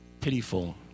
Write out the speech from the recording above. pitiful